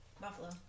Buffalo